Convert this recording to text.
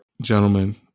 Gentlemen